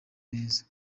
neza